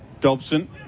Dobson